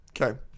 Okay